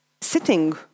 sitting